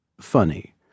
funny